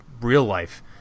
real-life